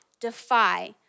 defy